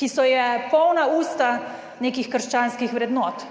ki so jo polna usta nekih krščanskih vrednot.